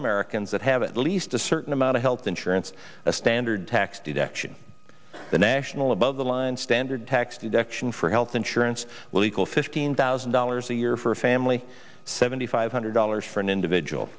americans that have at least a certain amount of health insurance a standard tax deduction the national above the line standard tax deduction for health insurance will equal fifteen thousand dollars a year for a family seventy five hundred dollars for an individual